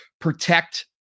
protect